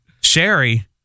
Sherry